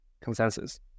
consensus